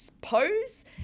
pose